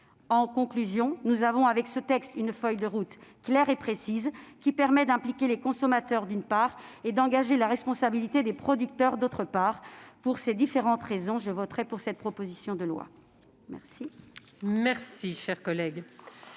En conclusion, nous avons avec ce texte une feuille de route claire et précise qui permet d'impliquer les consommateurs, d'une part, et d'engager la responsabilité des producteurs, d'autre part. Pour ces différentes raisons, je voterai cette proposition de loi. La